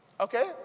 Okay